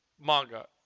manga